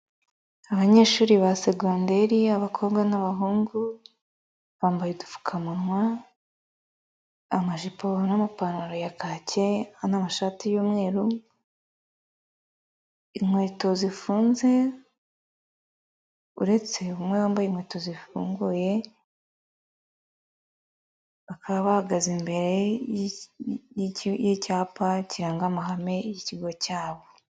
Abanyeshuri ba segonderi abakobwa n'abahungu, bambaye udupfukamunwa, amajipo n'amapantaro ya kaki, amashati y'umweru inkweto zifunze, uretse umwe wambaye inkweto zifunguye, bakaba bahagaze imbere y'icyapa kiranga amahame y'ikigo cyabo.